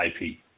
IP